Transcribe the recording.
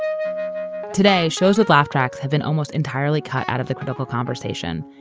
today, shows with laugh tracks have been almost entirely cut out of the critical conversation,